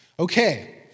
Okay